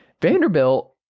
Vanderbilt